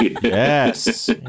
Yes